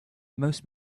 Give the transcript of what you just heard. most